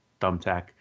thumbtack